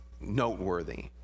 noteworthy